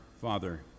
father